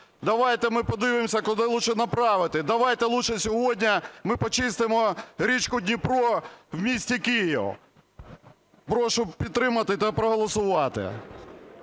Давайте ми подивимося куди краще направити, давайте краще ми сьогодні почистимо річку Дніпро в місті Києві. Прошу підтримати та проголосувати.